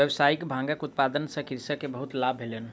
व्यावसायिक भांगक उत्पादन सॅ कृषक के बहुत लाभ भेलैन